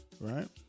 Right